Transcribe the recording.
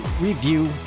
review